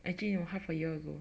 actually only half a year ago